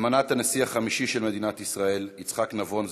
אלמנת הנשיא החמישי של מדינת ישראל יצחק נבון,